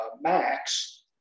Max